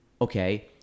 okay